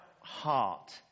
heart